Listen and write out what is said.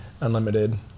Unlimited